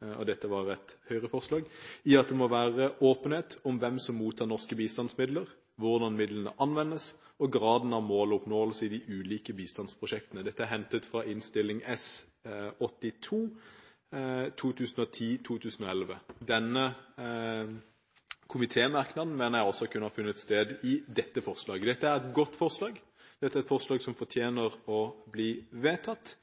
og dette var et Høyre-forslag – «i at det må være åpenhet om hvem som mottar norske bistandsmidler, hvordan midlene anvendes, og graden av måloppnåelse i de ulike bistandsprosjektene.» Dette er hentet fra Innst. 82 S for 2010–2011. Denne komitémerknaden mener jeg også kunne ha funnet sted i dette forslaget. Dette er et godt forslag. Det er et forslag som fortjener å bli vedtatt,